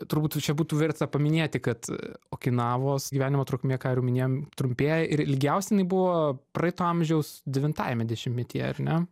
turbūt čia būtų verta paminėti kad okinavos gyvenimo trukmė ką jau ir minėjom trumpėja ir ilgiausiai jinai buvo praeito amžiaus devintajame dešimtmetyje ar ne